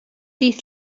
dydd